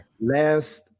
Last